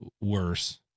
worse